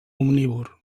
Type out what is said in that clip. omnívor